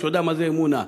יודע מה זה אמונה.